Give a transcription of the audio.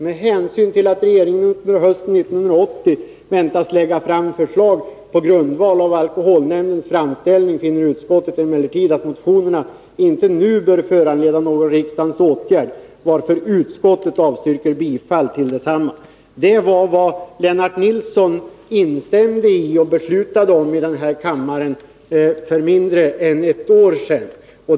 Med hänsyn till att regeringen under hösten 1980 väntas lägga fram förslag på grundval av a-nämndens framställning finner utskottet emellertid att motionerna inte nu bör föranleda någon riksdagens åtgärd, varför utskottet avstyrker bifall till desamma.” Detta var vad Lennart Nilsson instämde i och röstade för i denna kammare för mindre än ett år sedan.